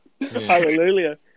Hallelujah